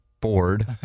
bored